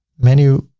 menu,